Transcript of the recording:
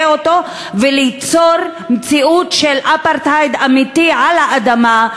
אותו וליצור מציאות של אפרטהייד אמיתי על האדמה,